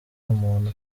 umuntu